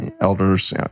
elders